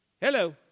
Hello